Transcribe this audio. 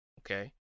Okay